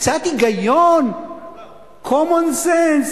קצת היגיון?common sense?